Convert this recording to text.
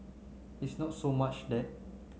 it's not so much that